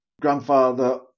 grandfather